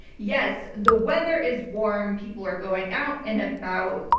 yes, the weather is warm. people are going out and about,